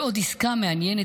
בעוד עסקה מעניינת